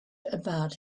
about